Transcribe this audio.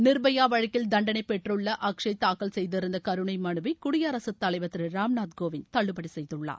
நிர்பயா வழக்கில் தண்டனை பெற்றுள்ள அக்ஷய் தாக்கல் செய்திருந்த கருணை மனுவை குடியரசுத்தலைவர் திரு ராம்நாத் கோவிந்த் தள்ளுபடி செய்துள்ளார்